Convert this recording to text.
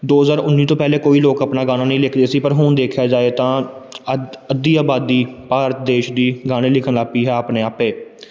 ਦੋ ਹਜ਼ਾਰ ਉੱਨੀ ਤੋਂ ਪਹਿਲਾਂ ਕੋਈ ਲੋਕ ਆਪਣਾ ਗਾਣਾ ਨਹੀਂ ਲਿਖਦੇ ਸੀ ਪਰ ਹੁਣ ਦੇਖਿਆ ਜਾਵੇ ਤਾਂ ਅੱਧ ਅੱਧੀ ਆਬਾਦੀ ਭਾਰਤ ਦੇਸ਼ ਦੀ ਗਾਣੇ ਲਿਖਣ ਲੱਗ ਪਈ ਹੈ ਆਪਣੇ ਆਪੇ